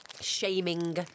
Shaming